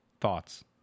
thoughts